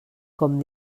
com